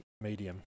medium